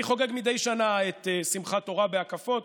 אני חוגג מדי שנה את שמחת תורה בהקפות,